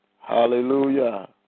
Hallelujah